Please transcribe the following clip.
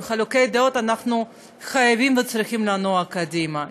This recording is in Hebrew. עם חילוקי הדעות אנחנו חייבים וצריכים לנוע קדימה,